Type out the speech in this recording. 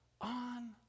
on